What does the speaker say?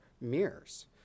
mirrors